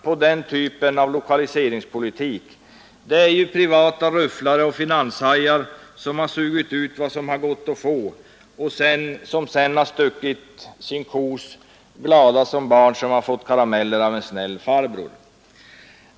På den typen av näringspolitik har privata rufflare och finanshajar profiterat; de har sugit ut vad som har gått att få och sedan stuckit sin kos, glada som barn som fått karameller av en snäll farbror.